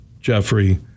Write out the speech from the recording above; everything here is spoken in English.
Jeffrey